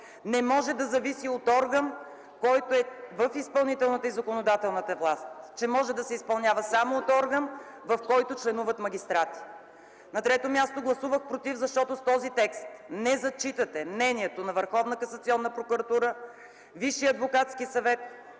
не може да зависи от орган, който е в изпълнителната и в законодателната власти; че може да се изпълнява само от орган, в който членуват магистрати. На трето място гласувах „против”, защото с този текст не зачитате мнението на Върховна